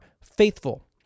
faithful